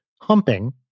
humping